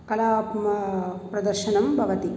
कलात्मकं प्रदर्शनं भवति